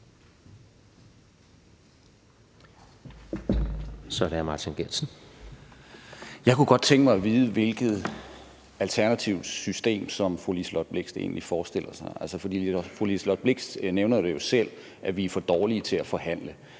Kl. 10:35 Martin Geertsen (V): Jeg kunne godt tænke mig at vide, hvilket alternativt system fru Liselott Blixt egentlig forestiller sig. For fru Liselott Blixt nævner jo selv, at vi er for dårlige til at forhandle.